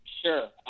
Sure